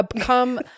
come